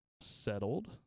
Settled